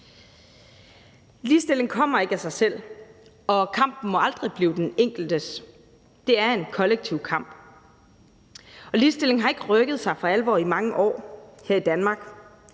Ligestilling kommer ikke af sig selv, og kampen må aldrig blive den enkeltes. Det er en kollektiv kamp. Ligestillingen har ikke rykket sig for alvor i mange år her i Danmark,